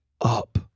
up